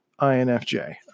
INFJ